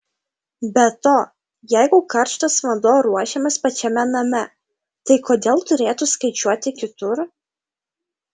be to jeigu karštas vanduo ruošiamas pačiame name tai kodėl turėtų skaičiuoti kitur